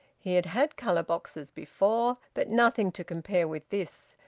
he had had colour-boxes before, but nothing to compare with this,